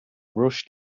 rushed